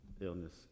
illness